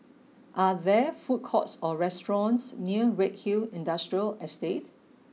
are there food courts or restaurants near Redhill Industrial Estate